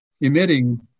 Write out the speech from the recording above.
emitting